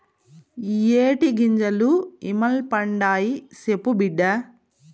ఇయ్యే టీ గింజలు ఇ మల్పండాయి, సెప్పు బిడ్డా